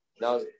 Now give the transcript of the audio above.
Now